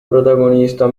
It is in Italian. protagonista